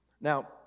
Now